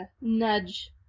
nudge